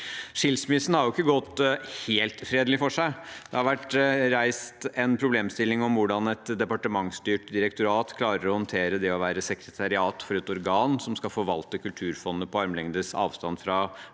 Skilsmissen har ikke gått helt fredelig for seg. Det har vært reist en problemstilling om hvordan et departementsstyrt direktorat klarer å håndtere det å være sekretariat for et organ som skal forvalte Kulturfondet på armlengdes avstand fra